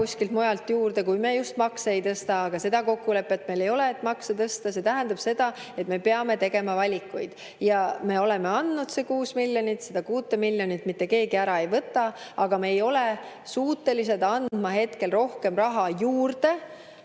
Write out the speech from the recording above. kuskilt mujalt juurde, kui me just makse ei tõsta, aga seda kokkulepet meil ei ole, et makse tõsta. See tähendab seda, et me peame tegema valikuid. Me oleme andnud 6 miljonit ja seda 6 miljonit mitte keegi ära ei võta. Aga me ei ole suutelised andma hetkel rohkem raha juurde,